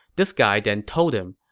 this guy then told him,